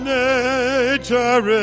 nature